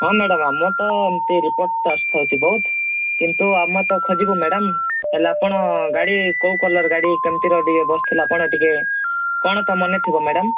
ହଁ ମ୍ୟାଡ଼ାମ୍ ଆମର ତ ଏମିତି ରିପୋର୍ଟ ଆସି ଥାଉଛି ବହୁତ କିନ୍ତୁ ଆମେ ତ ଖୋଜିବୁ ମ୍ୟାଡ଼ାମ୍ ହେଲେ ଆପଣ ଗାଡ଼ି କଉ କଲର୍ ଗାଡ଼ି କେମିତିର ଟିକେ ବସିଥିଲେ ଆପଣ ଟିକେ କ'ଣ ତ ମନେ ଥିବ ମ୍ୟାଡ଼ାମ୍